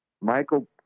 Michael